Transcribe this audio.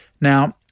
Now